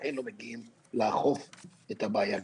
ולכן לא מגיעים לאכוף את הבעיה.